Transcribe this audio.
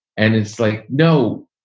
and it's like, no,